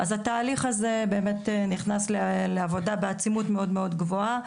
אז התהליך הזה באמת נכנס לעבודה בעצימות מאוד מאוד גבוהה.